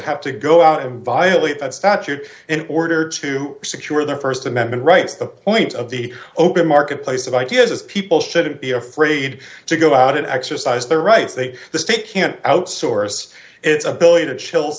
have to go out and violate that statute in order to secure their st amendment rights the point of the open marketplace of ideas is people shouldn't be afraid to go out and exercise their rights they the state can't outsource it's ability to chill